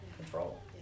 control